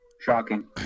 Shocking